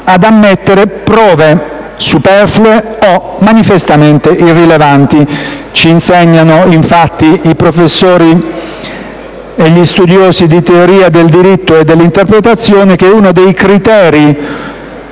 ad ammettere prove manifestamente superflue o irrilevanti. Ci insegnano, infatti, i professori e gli studiosi di teoria del diritto e dell'interpretazione che uno dei criteri